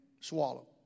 swallow